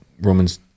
Romans